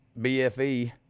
BFE